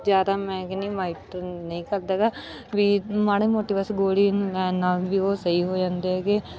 ਜ਼ਿਆਦਾ ਮੈਂ ਕਹਿੰਦੀ ਮਾਈਟਰ ਨਹੀਂ ਕਰਦਾ ਹੈਗਾ ਵੀ ਮਾੜੀ ਮੋਟੀ ਬਸ ਗੋਲੀ ਲੈਣ ਨਾਲ ਵੀ ਉਹ ਸਹੀ ਹੋ ਜਾਂਦੇ ਹੈਗੇ